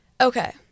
Okay